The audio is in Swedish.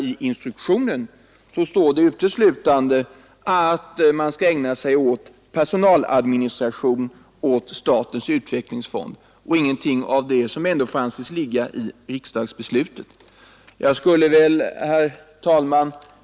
I instruktionen står uteslutande att man skall ägna sig åt personaladministration åt statens utvecklingsfond och ingenting om det som ändå får anses ligga i riksdagsbeslutet.